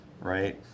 right